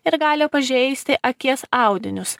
ir gali pažeisti akies audinius